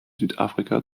südafrika